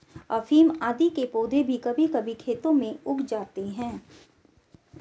अफीम आदि के पौधे भी कभी कभी खेतों में उग जाते हैं